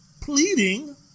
pleading